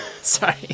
Sorry